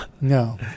No